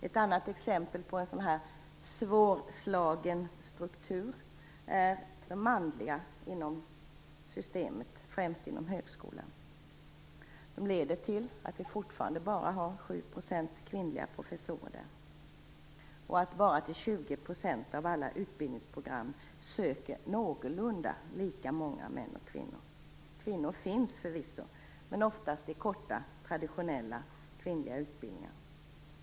Ett annat exempel på en sådan här svårslagen struktur är den manliga strukturen inom systemet, främst inom högskolan. Den leder till att det fortfarande bara är 7 % av professorerna som är kvinnor. Endast till 20 % av alla utbildningsprogram är andelen sökande män och kvinnor ungefär lika stora. Kvinnor finns förvisso, men oftast i korta, traditionellt kvinnliga utbildningar.